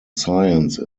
science